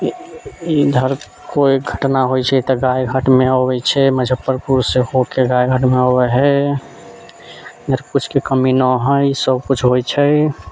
इधर कोइ घटना होइत छै तऽ गायघाटमे अबैत छै मुजफ्फरपुर से होके गायघाटमे अबैत हय इधर किछुके कमी नहि हइ सब किछु होइत छै